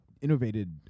innovated